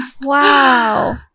Wow